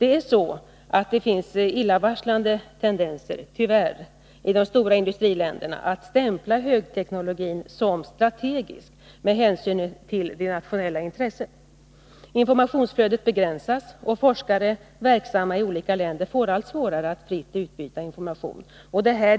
Tyvärr finns illavarslande tendenser i de stora industriländerna att stämpla högteknologin som strategisk med hänsyn till det nationella intresset. Informationsflödet begränsas, och forskare verksamma i olika länder får allt svårare att fritt utbyta information och erfarenheter.